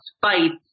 fights